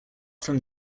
from